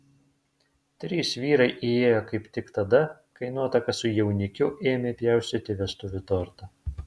trys vyrai įėjo kaip tik tada kai nuotaka su jaunikiu ėmė pjaustyti vestuvių tortą